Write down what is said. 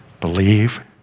believe